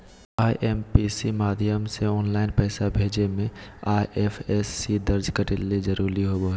IMPS माध्यम से online पैसा भेजे मे आई.एफ.एस.सी दर्ज करे ला जरूरी होबो हय